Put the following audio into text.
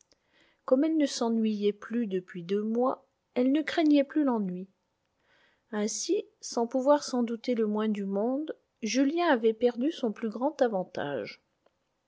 comme elle ne s'ennuyait plus depuis deux mois elle ne craignait plus l'ennui ainsi sans pouvoir s'en douter le moins du monde julien avait perdu son plus grand avantage